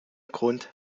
grund